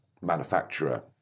manufacturer